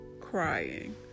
crying